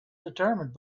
determined